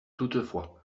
toutefois